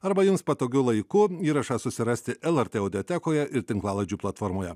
arba jums patogiu laiku įrašą susirasti lrt audiotekoje ir tinklalaidžių platformoje